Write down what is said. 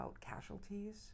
casualties